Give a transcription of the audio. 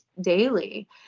daily